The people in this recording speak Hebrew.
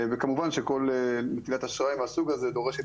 כמובן שכל לקיחת אשראי מסוג שכזה דורשת